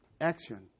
action